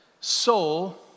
soul